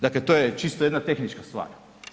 Dakle, to je čisto jedna tehnička stvar.